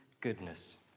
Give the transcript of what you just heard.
goodness